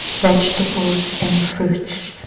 vegetables and fruits.